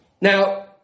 Now